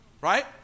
Right